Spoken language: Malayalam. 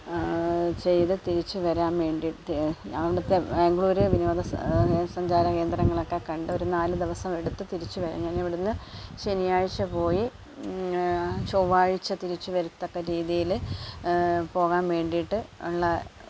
ചെയ്ത് തിരിച്ച് വരാന് വേണ്ടിയിട്ട് അവിടുത്തെ ബാംഗ്ലൂര് വിനോദസ സഞ്ചാരകേന്ദ്രങ്ങളൊക്കെ കണ്ട് ഒരു നാല് ദിവസമെടുത്ത് തിരിച്ച് വരാന് ഞാനിവിടുന്ന് ശനിയാഴ്ച പോയി ചൊവ്വാഴ്ച തിരിച്ച് വരത്തക്ക രീതിയില് പോകാന് വേണ്ടിയിട്ട് ഉള്ള